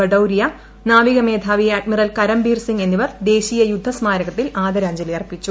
ബഡൌരിയ നാവിക മേധാവി അഡ്മിറൽ കരംബീർ സിംഗ് എന്നിവർ ദേശീയ യുദ്ധ സ്മാരകത്തിൽ ആദരാഞ്ജലി അർപ്പിച്ചു